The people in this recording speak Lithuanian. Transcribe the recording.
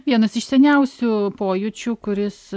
vienas iš seniausių pojūčių kuris